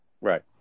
Right